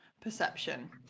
perception